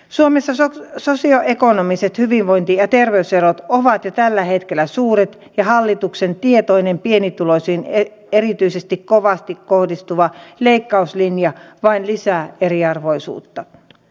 suomessa sosioekonomiset hyvinvointi ja terveyserot ovat jo tällä hetkellä suuri hallituksen tietoinen pienituloisiin ja erityisesti kovasti kohdistuva leikkauslinja vain lisää eriarvoisuutta